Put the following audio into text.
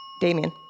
Damien